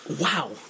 Wow